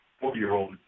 four-year-old